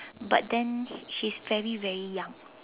but then she is very very young